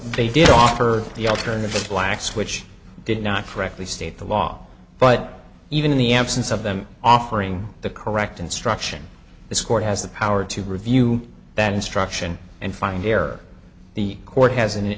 they did offer the alternative blacks which did not frankly state the law but even in the absence of them offering the correct instruction this court has the power to review that instruction and find there the court has an